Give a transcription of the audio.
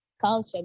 culture